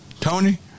Tony